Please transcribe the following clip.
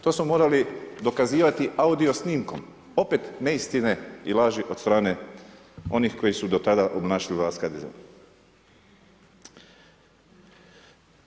To smo morali dokazivati audio snimkom, opet neistinom i laži od strane onih koji su do tada obnašali vlast HDZ-a.